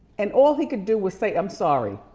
and all he could do was say i'm sorry.